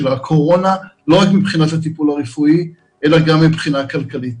הקורונה ולא רק מבחינת הטיפול הרפואי אלא גם מבחינה כלכלית.